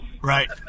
Right